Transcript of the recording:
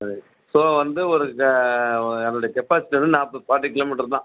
அது ஸோ வந்து ஒரு அதோடய கேப்பாசிட்டி வந்து நாற்பது ஃபார்ட்டி கிலோமீட்டர் தான்